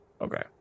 Okay